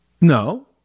No